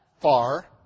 far